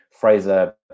Fraser